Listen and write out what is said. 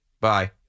Bye